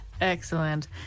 Excellent